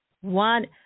One